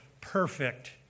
perfect